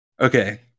Okay